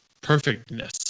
perfectness